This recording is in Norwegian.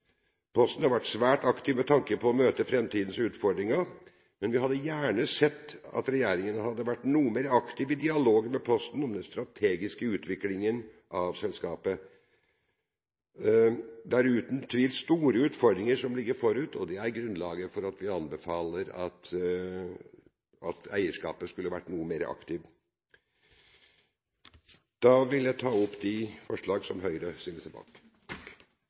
Posten drives godt i Norge. Posten har vært svært aktiv med tanke på å møte framtidens utfordringer. Men vi hadde gjerne sett at regjeringen hadde vært noe mer aktiv i dialogen med Posten om den strategiske utviklingen av selskapet. Det er uten tvil store utfordringer som ligger forut, og det er grunnlaget for at vi anbefaler at eierskapet skulle vært noe mer aktivt. Jeg tar opp forslaget fra Høyre.